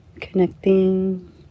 Connecting